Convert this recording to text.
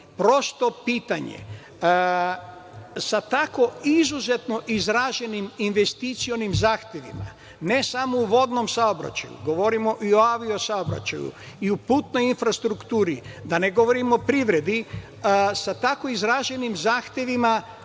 Prosto pitanje, a tako izuzetno izraženim investicionim zahtevima, ne samo u vodnom saobraćaju, govorimo i o avio saobraćaju, i o putnoj infrastrukturi, da ne govorim o privredi, sa tako izraženim zahtevima